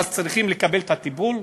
ואז צריכים לקבל טיפול?